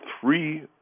three